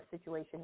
situation